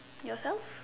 yourself